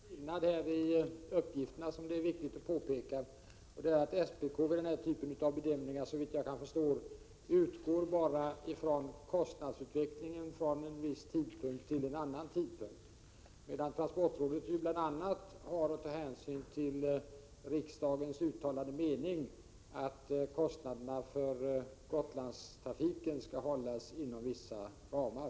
Herr talman! Det finns en skillnad här när det gäller uppgifterna som det är viktigt att påpeka. Vid den här typen av bedömningar utgår SPK, såvitt jag förstår, bara från kostnadsutvecklingen från en viss tidpunkt till en annan, medan transportrådet ju bl.a. har att ta hänsyn till riksdagens uttalade mening att kostnaderna för Gotlandstrafiken skall hållas inom vissa ramar.